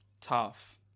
Tough